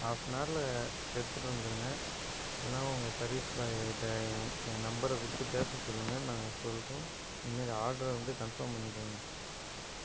half an ஆரில் எடுத்துட்டு வந்துடுங்க இன்னும் உங்கள் சர்வீஸ் பாய்கிட்ட என் நம்பரை கொடுத்து பேச சொல்லுங்கள் நாங்கள் சொல்கிறோம் இந்தமாரி ஆர்டர் வந்து கன்ஃபாம் பண்ணிக்கோங்க